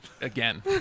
Again